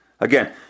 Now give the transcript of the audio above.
again